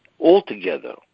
altogether